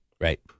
right